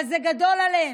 אבל זה גדול עליהם.